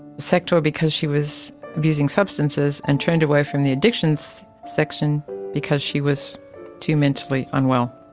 sector because she was abusing substances, and turned away from the addiction so section because she was too mentally unwell.